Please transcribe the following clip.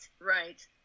right